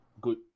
good